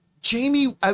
Jamie